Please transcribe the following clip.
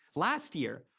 last year,